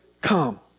come